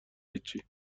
هیچی